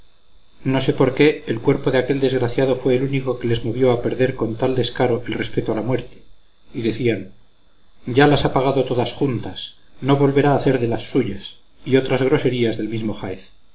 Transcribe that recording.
no sé por qué el cuerpo de aquel desgraciado fue el único que les movió a perder con tal descaro el respeto a la muerte y decían ya las ha pagado todas juntas no volverá a hacer de las suyas y otras groserías del mismo jaez